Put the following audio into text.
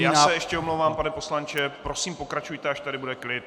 Já se ještě omlouvám, pane poslanče, prosím, pokračujte, až tady bude klid.